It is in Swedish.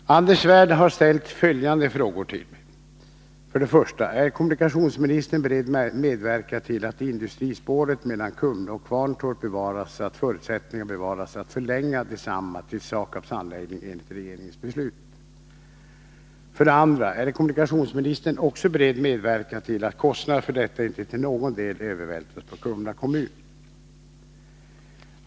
Herr talman! Anders Svärd har ställt följande frågor till mig. 1. Är kommunikationsministern beredd medverka till att industrispåret mellan Kumla och Kvarntorp bevaras så att förutsättningarna bevaras att förlänga detsamma till SAKAB:s anläggning enligt regeringens beslut? 2. Är kommunikationsministern också beredd att medverka till att kostnaderna för detta inte till någon del övervältras på Kumla kommun?